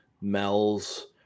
Mel's